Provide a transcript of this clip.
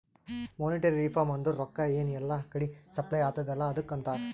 monetary reform ಅಂದುರ್ ರೊಕ್ಕಾ ಎನ್ ಎಲ್ಲಾ ಕಡಿ ಸಪ್ಲೈ ಅತ್ತುದ್ ಅಲ್ಲಾ ಅದುಕ್ಕ ಅಂತಾರ್